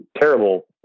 terrible